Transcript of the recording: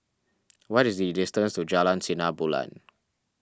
what is the distance to Jalan Sinar Bulan